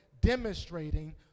demonstrating